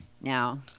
Now